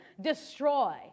destroy